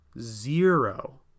Zero